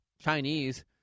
Chinese